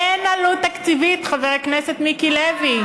אין עלות תקציבית, חבר הכנסת מיקי לוי.